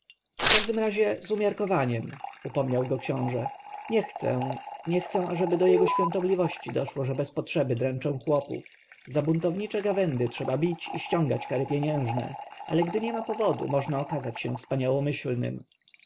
każdym razie z umiarkowaniem upominał go książę nie chcę nie chcę ażeby do jego świątobliwości doszło że bez potrzeby dręczę chłopów za buntownicze gawędy trzeba bić i ściągać kary pieniężne ale gdy niema powodu można okazać się wspaniałomyślnym